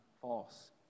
false